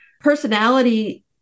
personality